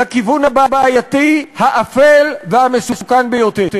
לכיוון הבעייתי, האפל והמסוכן ביותר,